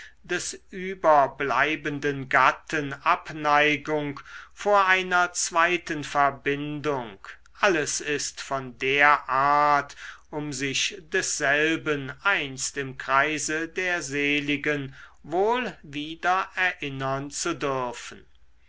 des überbliebenen gatten abneigung vor einer zweiten verbindung alles ist von der art um sich desselben einst im kreise der seligen wohl wieder erinnern zu dürfen